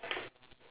ya